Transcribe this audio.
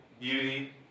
beauty